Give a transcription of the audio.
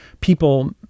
people